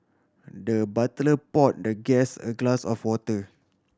the butler poured the guest a glass of water